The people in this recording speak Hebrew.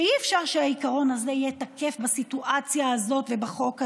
שאי-אפשר שהעיקרון הזה יהיה תקף בסיטואציה הזאת ובחוק הזה,